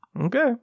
Okay